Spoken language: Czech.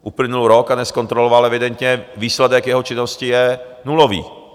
Uplynul rok a nezkontroloval evidentně, výsledek jeho činnosti je nulový.